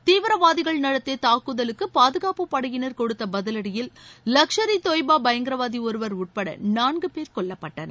தீவிரவாதிகள் நடத்திய தூக்குதலுக்கு பாதுகாப்புப்படையினர் கொடுத்த பதிவடியில் லஷ்கர் இ தொய்பா பயங்கரவாதி ஒருவர் உட்பட நான்கு பேர் கொல்லப்பட்டனர்